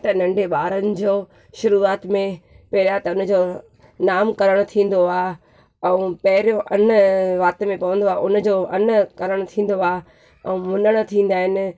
ईअं त नंढे ॿारनि जो शुरूआति में पहिरियां त हुनजो नाम करणु थींदो आहे ऐं पहिरियों अन्न वाति में पवंदो आहे उनजो अन्नकरण थींदो आहे ऐं मुनण थींदा आहिनि